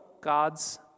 God's